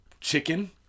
chicken